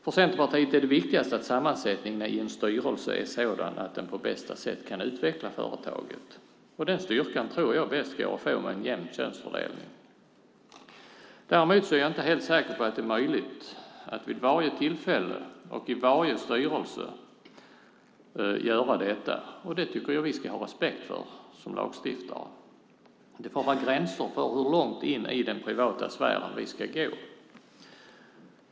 För Centerpartiet är det viktigaste att sammansättningen i en styrelse är sådan att den på bästa sätt kan utveckla företaget. Den styrkan tror jag bäst går att få med en jämn könsfördelning. Däremot är jag inte helt säker på att det är möjligt att vid varje tillfälle och i varje styrelse göra detta, och det tycker jag att vi ska ha respekt för som lagstiftare. Det får vara gränser för hur långt in i den privata sfären vi ska gå.